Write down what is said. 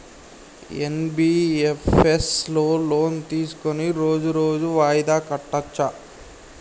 NBFS లో loan తీస్కొని రోజు రోజు వాయిదా కట్టచ్ఛా?